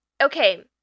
okay